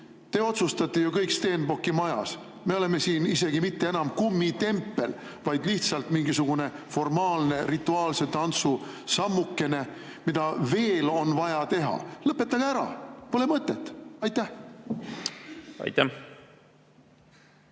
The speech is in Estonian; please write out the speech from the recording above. Te otsustate ju kõik Stenbocki majas. Me oleme siin isegi mitte enam kummitempel, vaid lihtsalt mingisugune formaalne, rituaalse tantsu sammukene, mis veel on vaja teha. Lõpetage ära, pole mõtet! Aitäh! Aitäh!